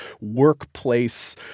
workplace